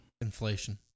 Inflation